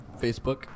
Facebook